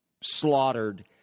slaughtered